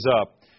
up